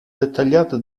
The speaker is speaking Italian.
dettagliata